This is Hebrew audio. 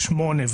ו-(8),